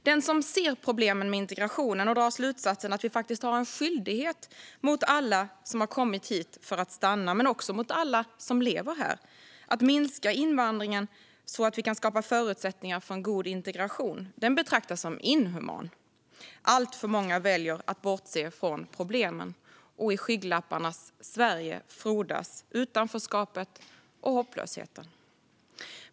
Den som ser problemen med integrationen och drar slutsatsen att vi faktiskt har en skyldighet mot alla som kommit hit för att stanna, men också mot alla som lever här, att minska invandringen, så att vi kan skapa förutsättningar för en god integration - den betraktas som inhuman. Alltför många väljer att bortse från problemen. Och i skygglapparnas Sverige frodas utanförskapet och hopplösheten.